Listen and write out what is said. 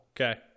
Okay